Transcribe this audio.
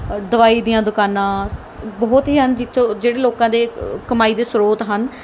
ਦਵਾਈ ਦੀਆਂ ਦੁਕਾਨਾਂ ਬਹੁਤ ਹੀ ਹਨ ਜਿੱਥੋਂ ਜਿਹੜੇ ਲੋਕਾਂ ਦੇ ਕਮਾਈ ਦੇ ਸ੍ਰੋਤ ਹਨ